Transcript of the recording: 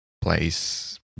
place